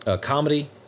comedy